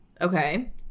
Okay